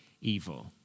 evil